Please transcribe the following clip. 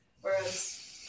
whereas